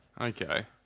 Okay